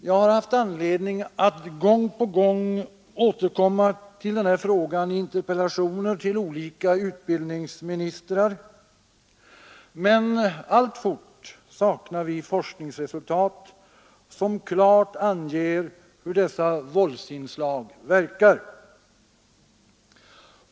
Jag har haft anledning att gång på gång återkomma till den frågan i interpellationer till olika utbildningsministrar, men alltfort saknar vi forskningsresultat som klart anger hur dessa våldsinslag verkar.